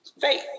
faith